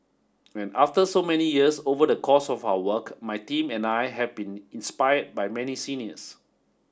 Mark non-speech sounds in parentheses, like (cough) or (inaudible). (hesitation) after so many years over the course of our work my team and I have been inspired by many seniors